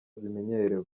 bimenyerewe